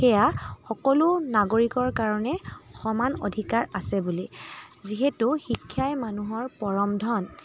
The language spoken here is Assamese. সেয়া সকলো নাগৰিকৰ কাৰণে সমান অধিকাৰ আছে বুলি যিহেতু শিক্ষাই মানুহৰ পৰম ধন